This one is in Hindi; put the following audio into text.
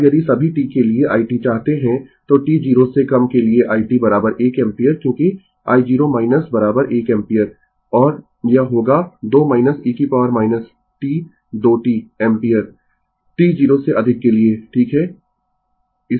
अब यदि सभी t के लिए i t चाहते है तो t 0 से कम के लिए i t एक एम्पीयर क्योंकि i0 1 एम्पीयर और यह होगा 2 e t 2 t ampere t 0 से अधिक के लिए ठीक है